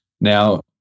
now